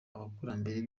abakurambere